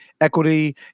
equity